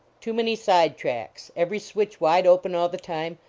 too many side tracks every switch wide open all the time,